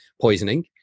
poisoning